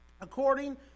according